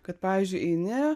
kad pavyzdžiui eini